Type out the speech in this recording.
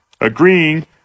Agreeing